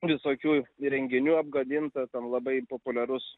visokių įrenginių apgadinta ten labai populiarus